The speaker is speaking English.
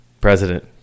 President